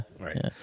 Right